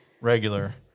regular